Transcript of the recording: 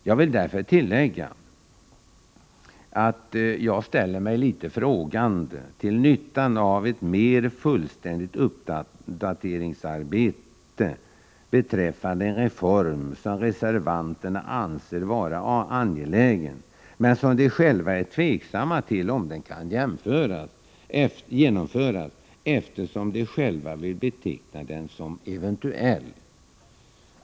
Jag vill därför tillägga att jag ställer mig litet frågande till nyttan av ett mer fullständigt uppdateringsarbete beträffande en reform som reservanterna anser vara angelägen, men som de själva är tveksamma till om den kan genomföras, eftersom de vill beteckna reformen som ”eventuell”.